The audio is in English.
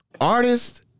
artist